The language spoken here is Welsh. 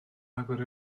agor